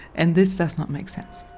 and this doesn't make sense.